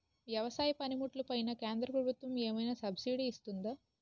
వ్యవసాయ పనిముట్లు పైన కేంద్రప్రభుత్వం ఏమైనా సబ్సిడీ ఇస్తుందా?